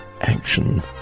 action